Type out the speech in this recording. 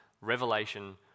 revelation